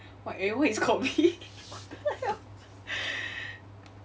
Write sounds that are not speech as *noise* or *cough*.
!wah! everyone is called V *laughs* what the hell *laughs*